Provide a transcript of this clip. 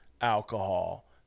alcohol